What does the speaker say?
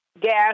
gas